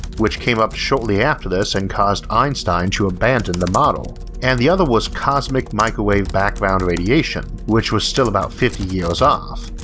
which came up shortly after this and caused einstein to abandon the model, and the other was cosmic microwave background radiation which was still about fifty years off.